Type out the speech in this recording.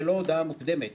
ללא הודעה מוקדמת.